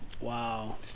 wow